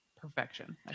perfection